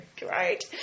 Right